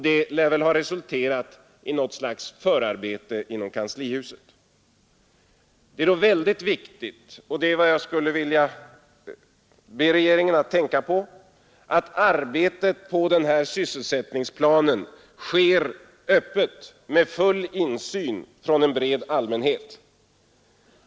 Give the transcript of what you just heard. Det lär ha resulterat i något slags förarbete inom kanslihuset. Det är då oerhört viktigt — och det skulle jag vilja be regeringen tänka på — att arbetet på denna sysselsättningsplan bedrivs öppet med full insyn för en bred allmänhet.